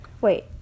Wait